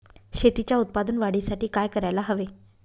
शेतीच्या उत्पादन वाढीसाठी काय करायला हवे?